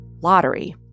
lottery